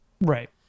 Right